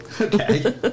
Okay